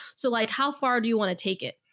so like how far do you want to take it?